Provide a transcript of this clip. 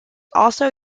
also